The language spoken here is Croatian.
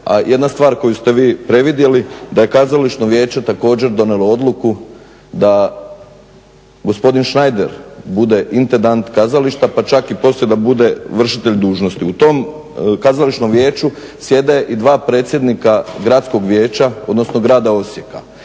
jedina stvar koju ste vi previdjeli da je Kazališno vijeće također donijelo odluku da gospodin Šnajder bude intendant kazališta pa čak i poslije da bude vršitelj dužnosti. U tom Kazališnom vijeću sjede i dva predstavnika Gradskog vijeća grada Osijeka,